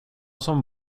som